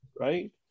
Right